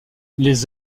les